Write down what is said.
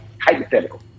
Hypothetical